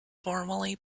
formerly